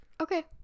Okay